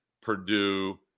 Purdue –